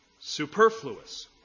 superfluous